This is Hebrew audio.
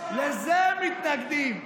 לזה הם מתנגדים,